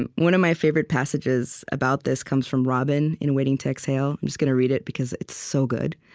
and one of my favorite passages about this comes from robin in waiting to exhale. i'm just gonna read it, because it's so good.